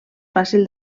fàcil